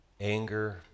anger